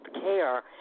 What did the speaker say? care